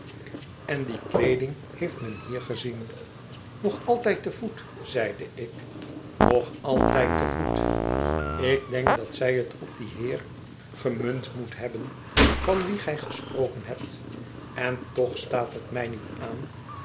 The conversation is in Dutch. en die kleeding heeft men hier gezien nog altijd te voet zeide ik nog altijd te voet ik denk dat zij het op dien heer gehet einde van het station munt moet hebben van wien gij gesproken hebt en toch staat het mij niet aan